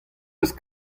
eus